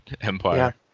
empire